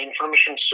information